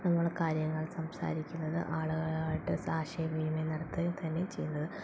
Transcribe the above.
നമ്മൾ കാര്യങ്ങൾ സംസാരിക്കുന്നത് ആളുകളായിട്ട് ആശയവിനിമയം നടത്തുക തന്നെ ചെയ്യുന്നത്